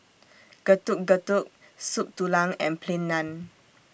Getuk Getuk Soup Tulang and Plain Naan